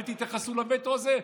אל תתייחסו לווטו הזה?